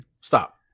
Stop